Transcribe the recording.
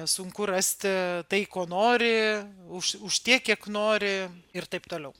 sunku rasti tai ko nori už už tiek kiek nori ir taip toliau